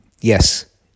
yes